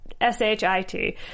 S-H-I-T